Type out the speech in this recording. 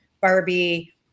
Barbie